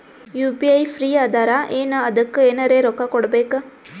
UPI free ಅದಾರಾ ಏನ ಅದಕ್ಕ ಎನೆರ ರೊಕ್ಕ ಕೊಡಬೇಕ?